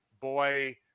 boy